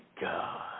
God